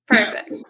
Perfect